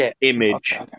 image